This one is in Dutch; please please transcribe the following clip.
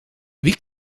wie